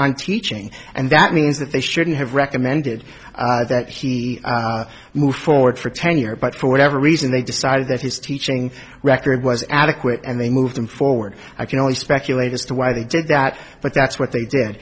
on teaching and that means that they shouldn't have recommended that he move forward for tenure but for whatever reason they decided that his teaching record was adequate and they move them forward i can only speculate as to why they did that but that's what they did